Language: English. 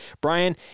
Brian